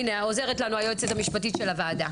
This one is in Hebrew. הינה, עוזרת לנו היועצת המשפטית של הוועדה.